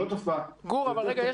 גור, אני מבין